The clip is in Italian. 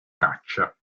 caccia